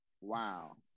Wow